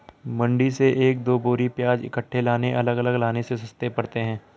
मंडी से एक दो बोरी प्याज इकट्ठे लाने अलग अलग लाने से सस्ते पड़ते हैं